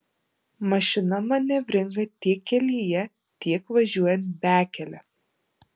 mašina manevringa tiek kelyje tiek važiuojant bekele